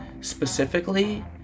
Specifically